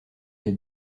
des